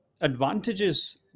advantages